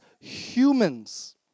humans